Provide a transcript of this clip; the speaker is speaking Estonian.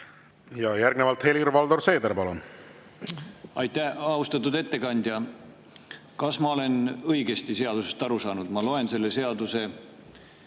Järgnevalt Helir-Valdor Seeder, palun! Aitäh! Austatud ettekandja! Kas ma olen õigesti eelnõust aru saanud? Ma loen selle seaduse